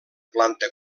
planta